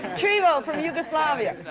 trivo from yugoslavia?